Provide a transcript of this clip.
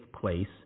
place